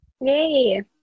Yay